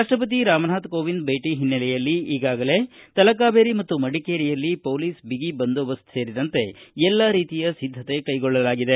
ರಾಷ್ಟಪತಿ ರಾಮನಾಥ್ ಕೋವಿಂದ್ ಭೇಟಿ ಹಿನ್ನಲೆಯಲ್ಲಿ ಈಗಾಗಲೇ ತಲಕಾವೇರಿ ಮತ್ತು ಮಡಿಕೇರಿಯಲ್ಲಿ ಪೊಲೀಸ್ ಬಿಗಿ ಬಂದೋಬಸ್ತ್ ಸೇರಿದಂತೆ ಎಲ್ಲಾ ರೀತಿಯ ಸಿದ್ದತೆ ಕೈಗೊಳ್ಳಲಾಗಿದೆ